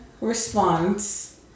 response